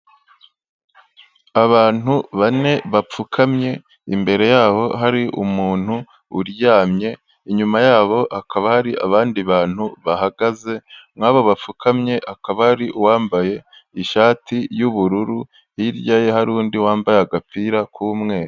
Abantu bane bapfukamye imbere yabo hari umuntu uryamye, inyuma yabo hakaba hari abandi bantu bahagaze, muri abo bapfukamye hakaba hari uwambaye ishati y'ubururu hirya ye hari undi wambaye agapira k'umweru.